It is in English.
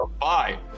Bye